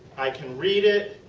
i could read it.